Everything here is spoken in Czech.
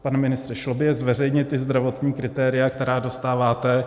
Pane ministře, šlo by zveřejnit zdravotní kritéria, která dostáváte?